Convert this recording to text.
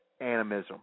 Animism